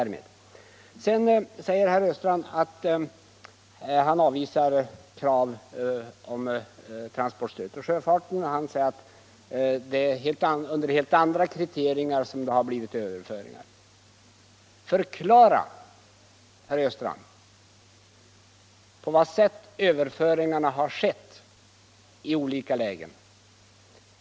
Herr Östrand avvisar kraven på transportstöd för sjöfarten och säger att det är helt andra kriterier som ligger till grund för överflyttningen från sjötransport till landtransport. Förklara då, herr Östrand, orsakerna till dessa överflyttningar!